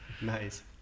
nice